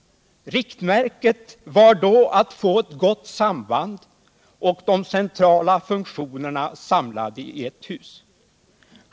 Riktmärket var då att få ett gott samband och de centrala funktionerna samlade i ett hus.